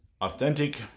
authentic